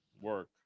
Work